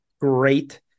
great